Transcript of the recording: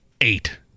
eight